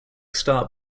start